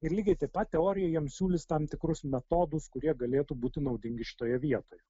ir lygiai taip pat teorija jam siūlys tam tikrus metodus kurie galėtų būti naudingi šitoje vietoje